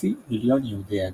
כחצי מיליון יהודי הגטו.